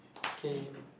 okay